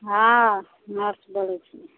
हँ नर्स बोलै छी